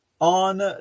on